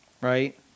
right